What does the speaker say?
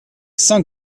saint